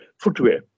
footwear